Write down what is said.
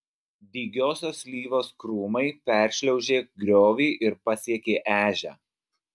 dygiosios slyvos krūmai peršliaužė griovį ir pasiekė ežią